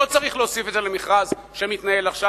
לא צריך להוסיף את זה למכרז שמתנהל עכשיו.